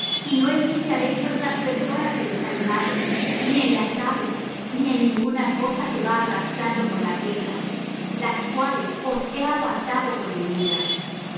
y no ensuciéis vuestras personas en los animales ni en las aves ni en ninguna cosa que va arrastrando por la tierra las cuales os he apartado por inmundas